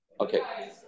Okay